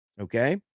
okay